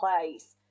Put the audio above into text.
place